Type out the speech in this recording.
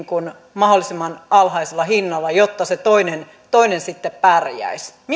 mahdollisimman alhaisella hinnalla jotta se toinen toinen sitten pärjäisi